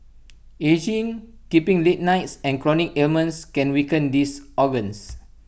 ageing keeping late nights and chronic ailments can weaken these organs